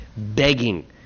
Begging